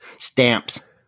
Stamps